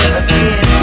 again